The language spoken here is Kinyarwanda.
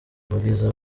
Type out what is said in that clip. ubwiza